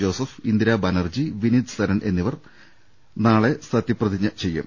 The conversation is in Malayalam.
ജോസ ഫ് ഇന്ദിരാ ബാനർജി വിനീത് സരൺ എന്നിവർ നാളെ സത്യപ്രതിജ്ഞ ചെയ്യും